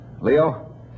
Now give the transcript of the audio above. Leo